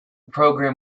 program